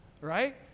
right